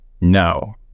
no